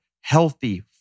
healthy